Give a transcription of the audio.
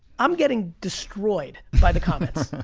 i'm getting destroyed by the comments.